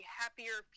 happier